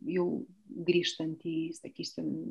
jau grįžtant į sakysim